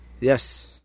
Yes